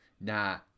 Nah